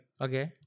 Okay